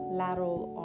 lateral